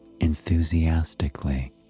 enthusiastically